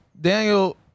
Daniel